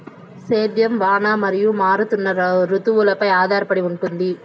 సేద్యం వాన మరియు మారుతున్న రుతువులపై ఆధారపడి ఉంటుంది